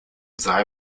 sei